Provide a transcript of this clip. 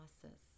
process